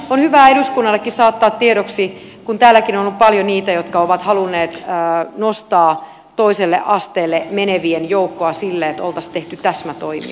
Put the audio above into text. on hyvä eduskunnallekin saattaa tiedoksi kun täälläkin on ollut paljon niitä jotka ovat halunneet nostaa toiselle asteelle menevien joukkoa sillä että oltaisiin tehty täsmätoimia